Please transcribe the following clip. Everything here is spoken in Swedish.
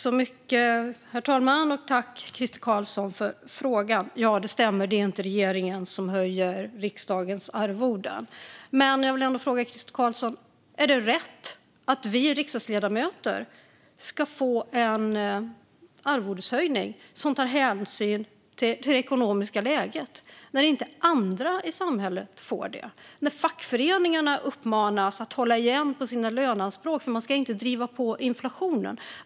Herr talman! Tack, Crister Carlsson, för frågan! Ja, det stämmer. Det är inte regeringen som höjer riksdagsledamöternas arvoden. Jag vill ändå fråga Crister Carlsson: Är det rätt att vi riksdagsledamöter ska få en arvodeshöjning som tar hänsyn till det ekonomiska läget när andra i samhället inte får det? Fackföreningarna uppmanas att hålla igen på sina löneanspråk för att man inte ska driva på inflationen.